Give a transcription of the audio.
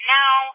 now